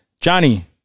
Johnny